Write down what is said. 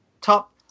top